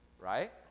right